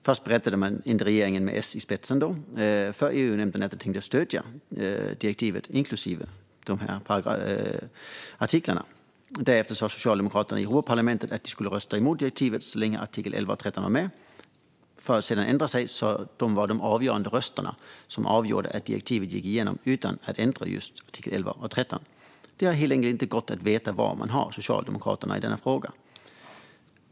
Först berättade inte regeringen, med S i spetsen, för EU-nämnden att den tänkte stödja direktivet inklusive dessa artiklar. Därefter sa Socialdemokraterna i Europaparlamentet att de skulle rösta emot direktivet så länge artiklarna 11 och 13 var med, men sedan ändrade de sig och lade de avgörande röster som gjorde att direktivet gick igenom utan att artiklarna 11 och 13 ändrades. Det har helt enkelt inte gått att veta var man har Socialdemokraterna i denna fråga.